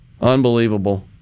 Unbelievable